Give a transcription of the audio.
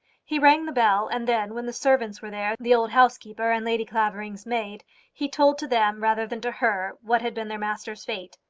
he rang the bell, and then, when the servants were there the old housekeeper and lady clavering's maid he told to them, rather than to her, what had been their master's fate.